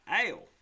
ale